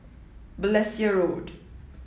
Balestier Road